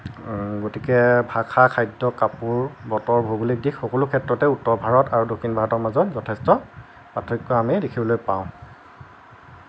গতিকে ভাষা খাদ্য কাপোৰ বতৰ ভৌগোলিক দিশ সকলো ক্ষেত্ৰতে উত্তৰ ভাৰত আৰু দক্ষিণ ভাৰতৰ মাজত যথেষ্ট পাৰ্থক্য আমি দেখিবলৈ পাওঁ